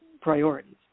priorities